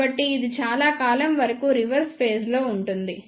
కాబట్టి ఇది చాలా కాలం వరకు రివర్స్ ఫేజ్ లో ఉంటుంది